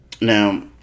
now